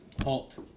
Halt